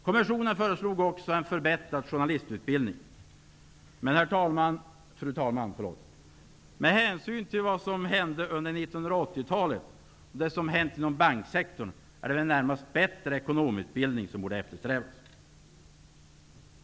Kommissionen föreslog också en förbättrad journalistutbildning, men, fru talman, med hänsyn till vad som hände under 1980 talet och det som hänt inom banksektorn är det väl närmast en bättre ekonomiutbildning som borde eftersträvas.